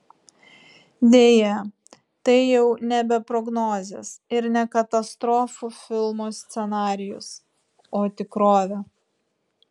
deja tai jau nebe prognozės ir ne katastrofų filmo scenarijus o tikrovė